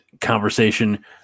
conversation